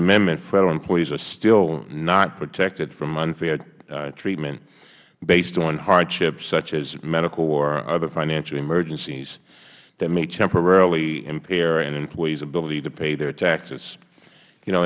amendment federal employees are still not protected from unfair treatment based upon hardships such as medical or other financial emergencies that may temporarily impair an employees ability to pay their taxes